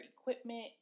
equipment